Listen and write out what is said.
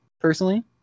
personally